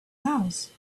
house